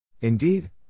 Indeed